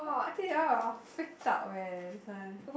I think that one I'll I'll freaked out eh this one